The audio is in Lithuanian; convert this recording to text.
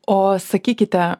o sakykite